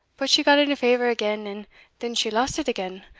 but she got into favour again, and then she lost it again,